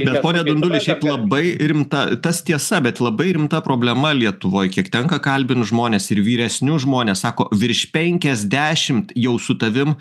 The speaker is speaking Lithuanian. bet pone dunduli šiaip labai rimta tas tiesa bet labai rimta problema lietuvoj kiek tenka kalbint žmones ir vyresnius žmones sako virš penkiasdešimt jau su tavim